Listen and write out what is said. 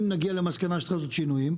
אם נגיע למסקנה שצריך לעשות שינויים,